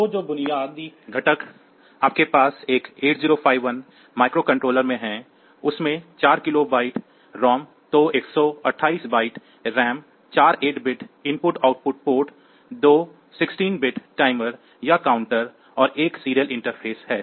तो जो बुनियादी घटक आपके पास एक 8051 माइक्रोकंट्रोलर में है उसमें 4 किलोबाइट्स ROM तो 128 बाइट्स RAM चार 8 बिट IO पोर्ट दो 16 बिट टाइमर या काउंटर और एक सीरियल इंटरफ़ेस है